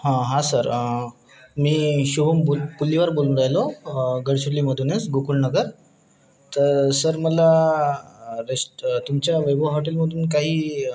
हां हां सर मी शुभम बुल पुल्लिवार बोलून राहिलो गडचिलीमधूनच गोकुळ नगर तर सर मला रेस्ट तुमच्या वैभव हॉटेलमधून काही